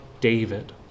David